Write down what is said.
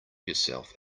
yourself